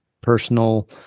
personal